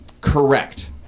Correct